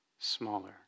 smaller